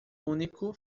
único